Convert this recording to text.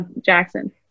Jackson